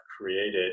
created